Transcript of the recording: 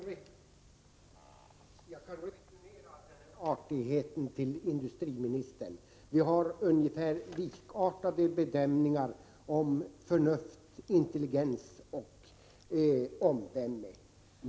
Herr talman! Jag kan returnera artigheten till industriministern. Vi har ungefär likartad bedömning beträffande förnuft, intelligens och omdöme.